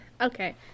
Okay